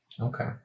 Okay